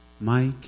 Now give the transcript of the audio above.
Mike